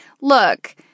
look